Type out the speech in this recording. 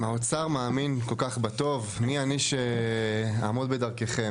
אם האוצר כל כך מאמין בטוב, מי אני שאעמוד בדרכם.